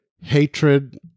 hatred